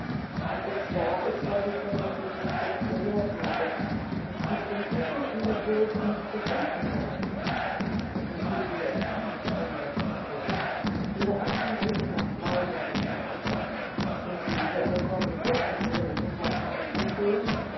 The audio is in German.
ob es wahr ist was ich von den bedienten gehört habe daß die prinzessin in der burg nicht zu finden sey was geht sie das an erwiederte matilde ihre ersten reden waren weiser und schicklicher sind sie hergekommen fürsten angelegenheiten auszuspähen